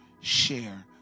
share